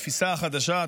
התפיסה החדשה,